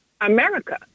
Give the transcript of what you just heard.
America